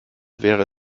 wäre